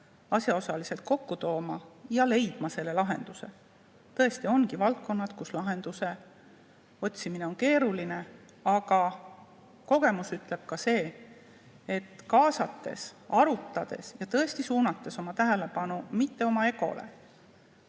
asjaosalised kokku tooma ja leidma selle lahenduse. Tõesti ongi valdkondi, kus lahenduse otsimine on keeruline, aga kogemus ütleb ka seda, et kaasates, arutades ja tõesti suunates tähelepanu mitte oma egole,